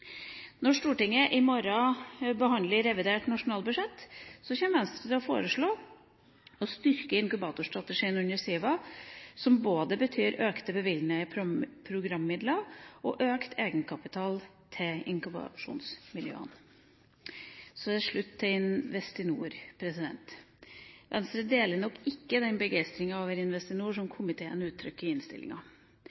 Når Stortinget i morgen behandler revidert nasjonalbudsjett, kommer Venstre til å foreslå å styrke inkubatorstrategien under SIVA, som betyr både økte bevilgninger til programmidler og økt egenkapital til inkubasjonsmiljøene. Så til slutt til Investinor. Venstre deler nok ikke den begeistringa over Investinor som